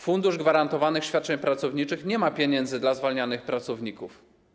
Fundusz Gwarantowanych Świadczeń Pracowniczych nie ma pieniędzy dla zwalnianych pracowników.